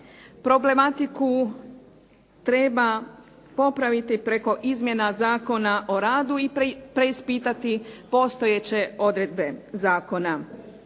Problematiku treba popraviti preko izmjena Zakona o radu i preispitati postojeće odredbe zakona.